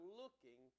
looking